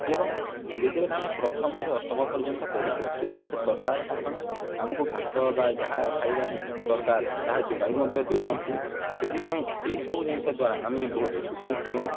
ଏବଂ ଯେତେବେଲେ ଆମେ ପ୍ରଥମରୁ ଅଷ୍ଟମ ପର୍ଯ୍ୟନ୍ତ ପଢ଼ୁଛୁ ସେତେବେଳେ ସରକାର ନା କ'ଣ ଆମକୁ ଭାତ ବା ଯାହା ଖାଇବା ଦରକାର ତାହା ଯୋଗାଇ ମଧ୍ୟ ଦେଉଛନ୍ତି ସେଥିପାଇଁ ଏହିସବୁ ଜିନିଷ ଦ୍ୱାରା ଆମେ ବହୁତ ଖୁସି ଏବଂ